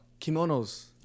kimonos